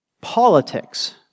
politics